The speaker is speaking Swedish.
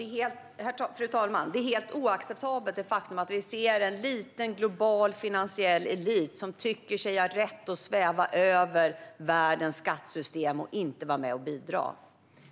Fru talman! Det är ett helt oacceptabelt faktum att en liten global finansiell elit tycker sig ha rätt att sväva över världens skattesystem och inte vara med och bidra.